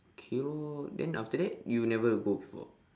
K lor then after that you never go before